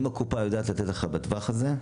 אם הקופה יודעת לתת לך בטווח הזה,